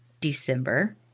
December